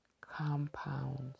compounds